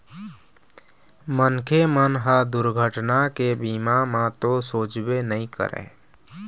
मनखे मन ह दुरघटना के बारे म तो सोचबे नइ करय